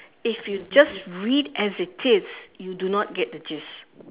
if you just read as it is you do not get the gist